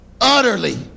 utterly